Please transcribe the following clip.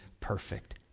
perfect